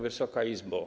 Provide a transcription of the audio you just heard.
Wysoka Izbo!